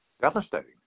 devastating